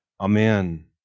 Amen